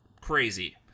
crazy